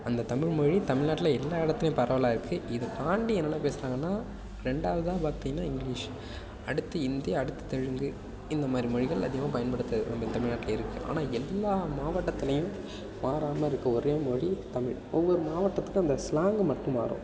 அந்த தமிழ் மொழி தமிழ்நாட்டில் எல்லா இடத்துலையும் பரவலாயிருக்கு இதை தாண்டி என்ன பேசுறாங்கன்னா ரெண்டாவதாக பார்த்திங்கனா இங்கிலீஷ் அடுத்து ஹிந்தி அடுத்து தெலுங்கு இந்த மாதிரி மொழிகள் அதிகமாக பயன்படுத்துறோம் நம்ம தமிழ் நாட்டில் இருக்கு ஆனால் எல்லாம் மாவட்டத்துலையும் மாறாம இருக்க ஒரே மொழி தமிழ் ஒவ்வொரு மாவட்டத்துக்கும் அந்த ஸ்லாங்கு மட்டும் மாறும்